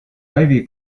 ivy